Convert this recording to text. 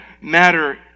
matter